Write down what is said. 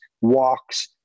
walks